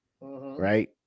right